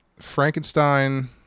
Frankenstein